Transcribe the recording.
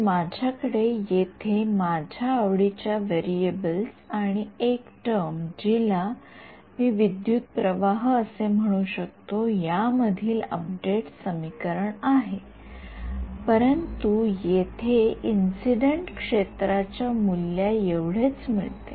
तर माझ्याकडे येथे माझ्या आवडीच्या व्हेरिएबल्स व एक टर्म जिला मी विद्युतप्रवाह असे म्हणू शकतो यामधील अपडेट समीकरणे आहेत परंतु येथे हे इंसिडेन्ट क्षेत्राच्या मूल्या एवढेच मिळते